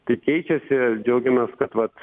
tai keičiasi džiaugiamės kad vat